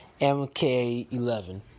MK11